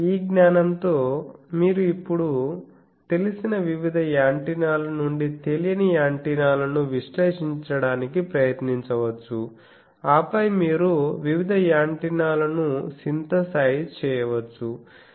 కాబట్టి ఈ జ్ఞానంతో మీరు ఇప్పుడు తెలిసిన వివిధ యాంటెన్నాలు నుండి తెలియని యాంటెన్నాలను విశ్లేషించడానికి ప్రయత్నించవచ్చు ఆపై మీరు వివిధ యాంటెన్నాలను సింథసైజ్ చేయవచ్చు